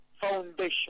foundation